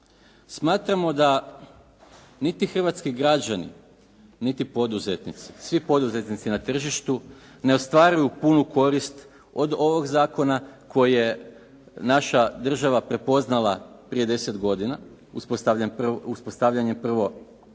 Smatramo da niti hrvatski građani, niti poduzetnici, svi poduzetnici na tržištu ne ostvaruju punu korist od ovog zakona koji je naša država prepoznala prije 10 godina, uspostavljanje prvo